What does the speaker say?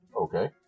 Okay